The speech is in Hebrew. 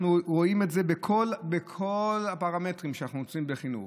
אנחנו רואים את זה בכל הפרמטרים שאנחנו מוצאים בחינוך.